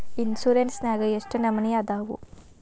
Insurance ನ್ಯಾಗ ಎಷ್ಟ್ ನಮನಿ ಅದಾವು?